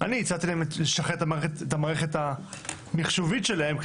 אני הצעתי להם לשחרר את המערכת המיחשובית שלהם,